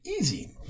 easy